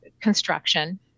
construction